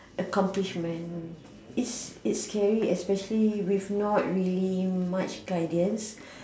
accomplishment it's it's scary especially with not really much guidance